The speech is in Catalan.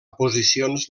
posicions